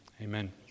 Amen